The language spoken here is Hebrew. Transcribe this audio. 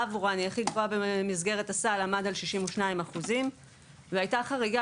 עבורן היא הכי גבוהה במסגרת הסל עמד על 62%. הייתה חריגה